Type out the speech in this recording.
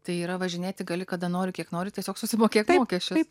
tai yra važinėti gali kada nori kiek nori tiesiog susimokėk mokesčius